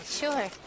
sure